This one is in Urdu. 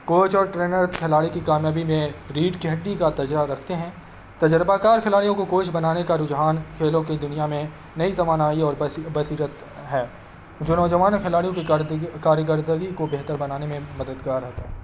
کوچ اور ٹرینرس کھلاڑی کی کامیابی میں ریڑھ کی ہڈی کا درجہ رکھتے ہیں تجربہ کار کھلاڑیوں کو کوچ بنانے کا رجحان کھیلوں کی دنیا میں نئی توانائی اور بصیرت ہے جو نوجوان کھلاڑیوں کی کار کارکردگی کو بہتر بنانے میں مددگار ہوتا ہے